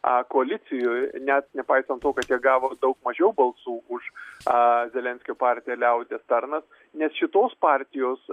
a koalicijoj net nepaisant to kad jie gavo daug mažiau balsų už a zelenskio partiją liaudies tarnas nes šitos partijos